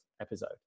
episode